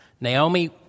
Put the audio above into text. Naomi